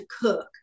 cook